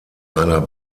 einer